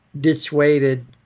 dissuaded